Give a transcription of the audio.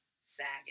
sagging